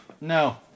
No